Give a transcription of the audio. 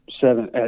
seven